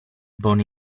born